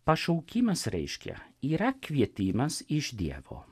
pašaukimas reiškia yra kvietimas iš dievo